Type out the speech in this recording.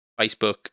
facebook